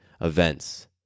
events